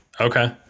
okay